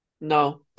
no